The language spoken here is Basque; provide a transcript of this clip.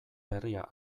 berria